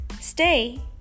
stay